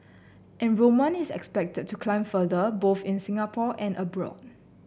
enrolment is expected to climb further both in Singapore and abroad